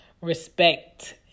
respect